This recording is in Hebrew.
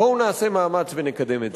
בואו נעשה מאמץ ונקדם את זה.